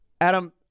Adam